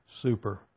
Super